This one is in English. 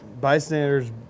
bystander's